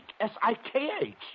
S-I-K-H